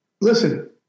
listen